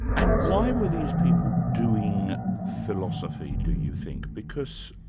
and why were these people doing philosophy, do you think? because